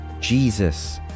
Jesus